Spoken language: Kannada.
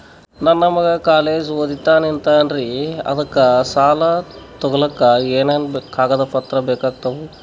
ನನ್ನ ಮಗ ಕಾಲೇಜ್ ಓದತಿನಿಂತಾನ್ರಿ ಅದಕ ಸಾಲಾ ತೊಗೊಲಿಕ ಎನೆನ ಕಾಗದ ಪತ್ರ ಬೇಕಾಗ್ತಾವು?